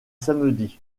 samedi